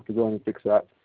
go in and fix that.